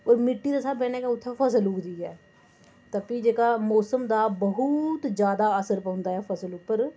होर मिट्टी दे स्हाबै कन्नै गै उ'त्थें फसल उगदी ऐ ते भी जेह्का मौसम दा बहोत जादा असर पौंदा ऐ फसल उप्पर